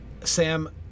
Sam